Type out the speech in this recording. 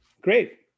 Great